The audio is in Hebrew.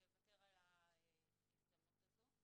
שהוא יוותר על ההזדמנות הזו.